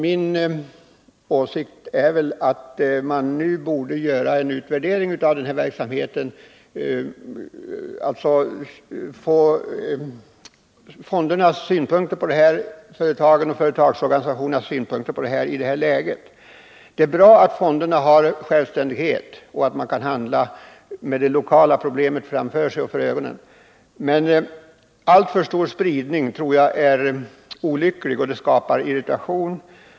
Min åsikt är att man bör göra en utvärdering av den här verksamheten. Man bör inhämta företagens och företagsorganisationernas synpunkter i det här läget. Det är bra att fonderna har självständighet och att de kan handla med de lokala problemen för ögonen. Men jag tror att det är olyckligt med alltför stor spridning i sättet att handlägga säkerhetsfrågorna — det kan skapa irritation.